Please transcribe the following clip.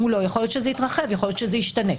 יכול להיות שזה יתרחב ויכול להיות שזה ישתנה.